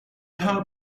how